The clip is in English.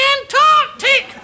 Antarctic